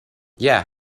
yeah